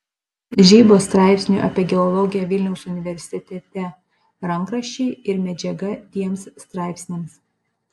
žeibos straipsnių apie geologiją vilniaus universitete rankraščiai ir medžiaga tiems straipsniams